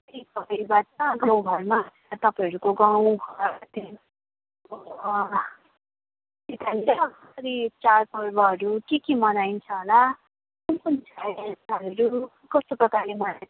त्यही टपिकबाट गाउँघरमा तपाईँहरूको गाउँघरतिर के भन्छ कसरी चाडपर्वहरू के के मनाइन्छ होला कुन कुन चाहिँ कस्तो प्रकारले मनाइन्छ